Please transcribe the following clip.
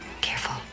Careful